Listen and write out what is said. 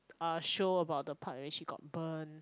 uh show about the part that she got burn